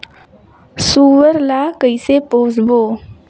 सुअर ला कइसे पोसबो?